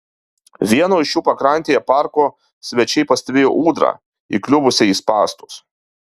vieno iš jų pakrantėje parko svečiai pastebėjo ūdrą įkliuvusią į spąstus